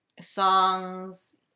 songs